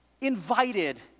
invited